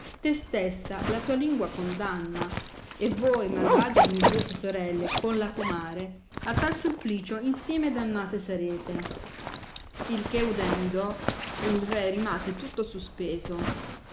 te stessa la tua lingua condanna e voi malvage ed invidiose sorelle con la comare a tal suplicio insieme dannate sarete il che udendo il re rimase tutto suspeso